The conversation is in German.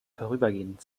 vorübergehend